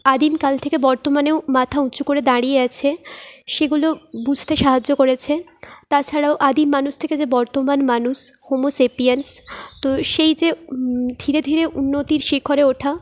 আদিম কাল থেকে বর্তমানেও মাথা উঁচু করে দাঁড়িয়ে আছে সেগুলো বুঝতে সাহায্য করেছে তাছাড়াও আদি মানুষ থেকে যে বর্তমান মানুষ হোমোসেপিয়েন্স তো সেই যে ধীরে ধীরে উন্নতির শিখরে ওঠা